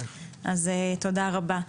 אז תודה רבה.